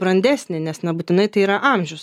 brandesnį nes nebūtinai tai yra amžius